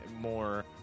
more